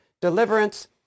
deliverance